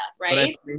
right